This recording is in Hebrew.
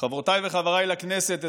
חברותיי וחבריי לכנסת,